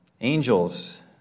Angels